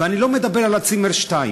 ואני לא מדבר על צימר או שניים,